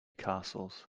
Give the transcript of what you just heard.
castles